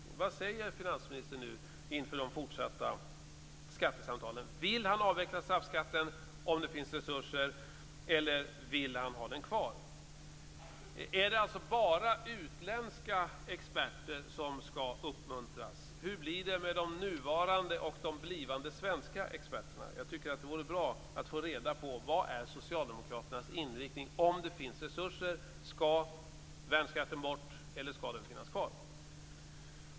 Vad säger finansministern inför de fortsatta skattesamtalen? Vill han avveckla straffskatten om det finns resurser eller vill han ha den kvar? Är det bara utländska experter som skall uppmuntras? Hur blir det med de nuvarande och de blivande svenska experterna? Jag tycker att det vore bra att få reda på vad som är Socialdemokraternas inriktning om det finns resurser. Skall värnskatten bort eller skall den finnas kvar?